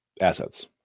assets